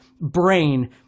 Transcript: brain